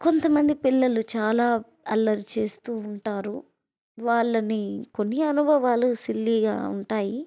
కొంత మంది పిల్లలు చాలా అల్లరి చేస్తూ ఉంటారు వాళ్ళని కొన్ని అనుభవాలు సిల్లీగా ఉంటాయి